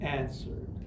answered